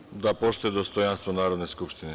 Član 107. da poštuje dostojanstvo Narodne skupštine.